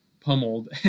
pummeled